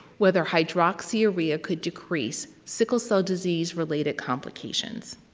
whether hydroxyurea could decrease sickle cell disease related complications?